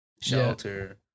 shelter